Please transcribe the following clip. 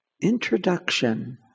Introduction